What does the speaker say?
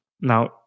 Now